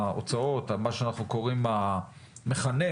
שהמכנה